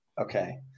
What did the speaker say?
Okay